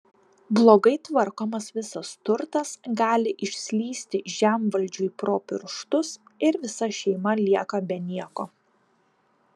blogai tvarkomas visas turtas gali išslysti žemvaldžiui pro pirštus ir visa šeima lieka be nieko